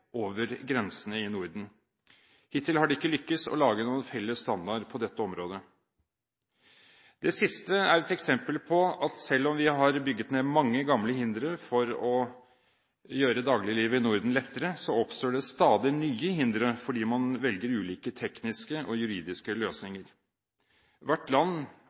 over grensene i Norden. Hittil har det ikke lyktes å lage noen felles standard på dette området. Det siste er et eksempel på at selv om vi har bygget ned mange gamle hindre for å gjøre dagliglivet i Norden lettere, oppstår det stadig nye hindre fordi man velger ulike tekniske og juridiske løsninger. Hvert land,